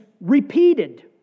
repeated